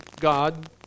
God